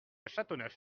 châteauneuf